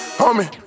homie